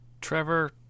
Trevor